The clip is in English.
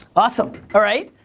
awesome, all right,